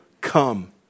come